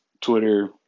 Twitter